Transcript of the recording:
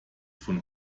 von